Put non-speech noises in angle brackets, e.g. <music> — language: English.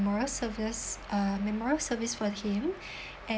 memorial service uh memorial service for him <breath> and